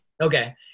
Okay